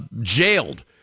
Jailed